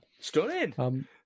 Stunning